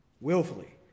willfully